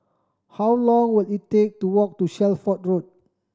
how long will it take to walk to Shelford Road